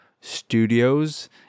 studios